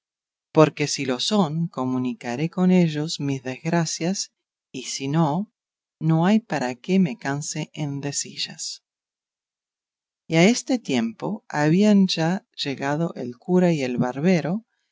porque si lo son comunicaré con ellos mis desgracias y si no no hay para qué me canse en decillas y a este tiempo habían ya llegado el cura y el barbero